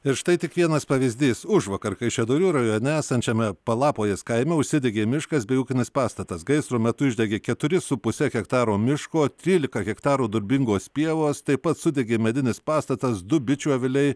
ir štai tik vienas pavyzdys užvakar kaišiadorių rajone esančiame palapojės kaime užsidegė miškas bei ūkinis pastatas gaisro metu išdegė keturi su puse hektaro miško trylika hektarų durbingos pievos taip pat sudegė medinis pastatas du bičių aviliai